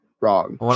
wrong